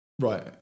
Right